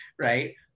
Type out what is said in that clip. right